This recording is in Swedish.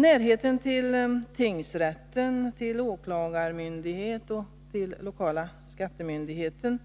Närheten till tingsrätten, till åklagarmyndigheten och till lokala skattemyndigheten